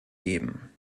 geben